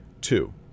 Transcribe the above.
Two